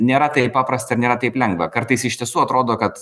nėra taip paprasta ir nėra taip lengva kartais iš tiesų atrodo kad